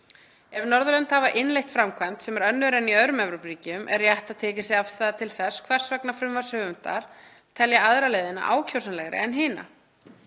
Ef Norðurlönd hafa innleitt framkvæmd sem er önnur en í öðrum Evrópuríkjum er rétt að tekin sé afstaða til þess hvers vegna frumvarpshöfundar telja aðra leiðina ákjósanlegri en hina.